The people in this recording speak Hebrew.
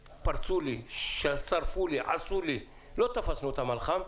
פרצו לי, שרפו לי, הרסו לי, לא תפסנו אותם על חם,